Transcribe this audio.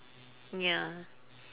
ya